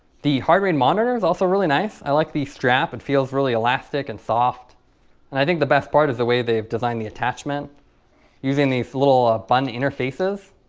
the heartrate monitor is also really nice, i like the strap it feels really elastic and soft and i think the best part is the way they've designed the attachment using these little ah button interfaces.